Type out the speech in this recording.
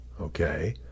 okay